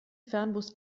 fernbus